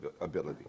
ability